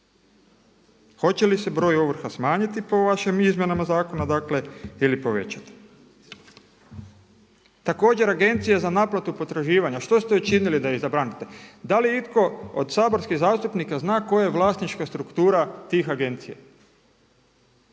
Hoće li se broj ovrha smanjiti po vašim izmjenama zakona ili povećati? Također agencija za naplatu potraživanja, što ste učinili da ih zabranite? Da li je itko od saborskih zastupnika zna koja je vlasnička struktura tih agencija?